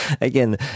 again